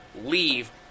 leave